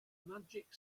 magic